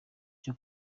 cyo